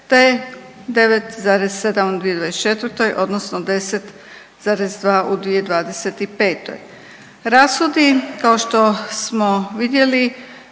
te 9,7 u 2024. odnosno 10,2 u 2025. Rashodi kao što smo vidjeli